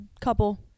couple